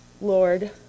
Lord